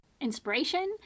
inspiration